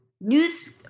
News